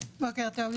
בוקר טוב.